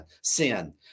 sin